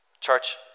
Church